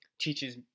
teaches